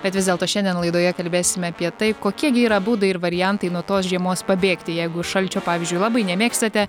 bet vis dėlto šiandien laidoje kalbėsime apie tai kokie gi yra būdai ir variantai nuo tos žiemos pabėgti jeigu šalčio pavyzdžiui labai nemėgstate